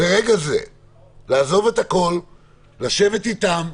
ברגע זה לעזוב הכול ולשבת אתם,